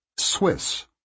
Swiss